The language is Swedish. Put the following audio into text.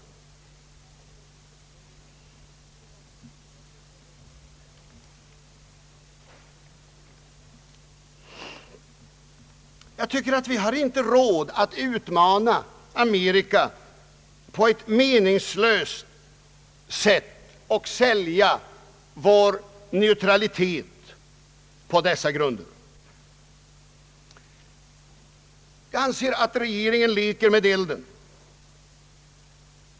Jag tycker att vi inte har råd att utmana Amerika på ett meningslöst sätt och sälja vår neutralitet på dessa grunder. Jag anser att regeringen leker med elden.